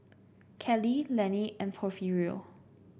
Kalie Lenny and Porfirio